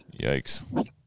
Yikes